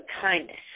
kindness